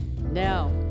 Now